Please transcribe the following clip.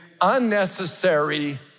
unnecessary